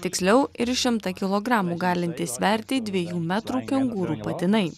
tiksliau ir šimtą kilogramų galinti sverti dvejų metrų kengūrų patinai